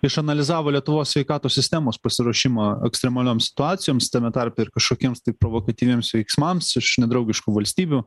išanalizavo lietuvos sveikatos sistemos pasiruošimą ekstremalioms situacijoms tame tarpe ir kažkokiems tai provokatyviems veiksmams iš nedraugiškų valstybių